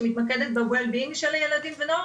שמתמקדת ב-well being של ילדים ונוער